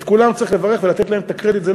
את כולם צריך לברך ולתת להם את הקרדיט.